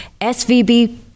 SVB